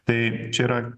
tai čia yra